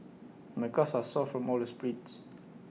my calves are sore from all the sprints